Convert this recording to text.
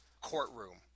courtroom